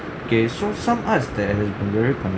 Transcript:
okay so some arts that has been very